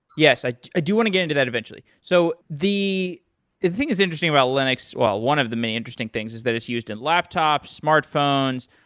yes, i i do want to get into that eventually. so the the thing that's interesting about linux well, one of the main interesting things, is that it's used in laptops, smartphones,